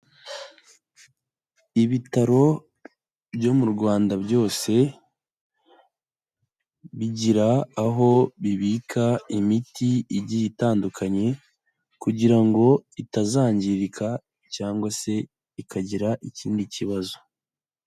Ibitaro byo mu Rwanda byose, bigira aho bibika imiti igiye itandukanye, kugira ngo itazangirika, cyangwa se ikagira ikindi kibazo.